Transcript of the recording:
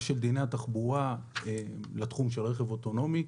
של דיני התחבורה לתחום של רכב אוטונומי.